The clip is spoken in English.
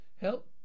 Help